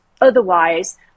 otherwise